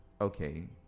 Okay